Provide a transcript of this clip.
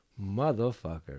motherfucker